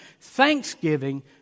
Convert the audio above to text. Thanksgiving